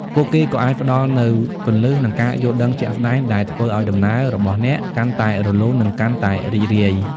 ពួកគេក៏អាចផ្តល់នូវគន្លឹះ និងការយល់ដឹងជាក់ស្តែងដែលធ្វើឲ្យដំណើររបស់អ្នកកាន់តែរលូន និងកាន់តែរីករាយ។